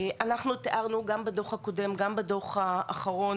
אנחנו תיארנו גם בדו"ח הקודם, וגם בדו"ח האחרון